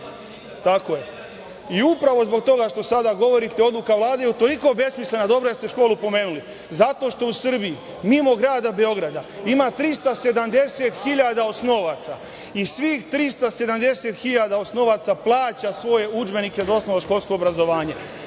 isplati.)Upravo zbog toga što sada govorite odluka Vlade je utoliko besmislena, dobro da ste školu pomenuli. Zato što u Srbiji mimo grada Beograda ima 370.000 osnovaca i svih 370.000 osnovaca plaća svoje udžbenike za osnovno školsko obrazovanje.